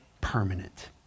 permanent